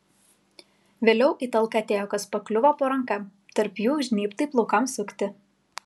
vėliau į talką atėjo kas pakliuvo po ranka tarp jų žnybtai plaukams sukti